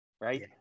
right